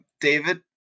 David